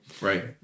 Right